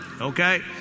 Okay